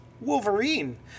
Wolverine